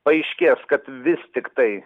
paaiškės kad vis tiktai